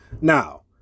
Now